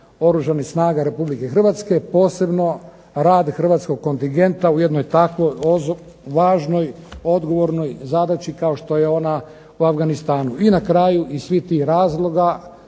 Oružanih snaga Republike Hrvatske, posebno rad hrvatskog kontingenta u jednoj takvoj važnoj, odgovornoj zadaći kao što je ona u Afganistanu. I na kraju iz svih tih razloga,